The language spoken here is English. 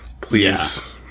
please